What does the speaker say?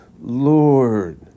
Lord